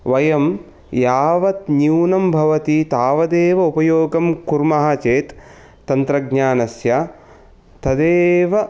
वयं यावत् न्यूनं भवति तावदेव उपयोगं कुर्म चेत् तन्त्रज्ञानस्य तदेव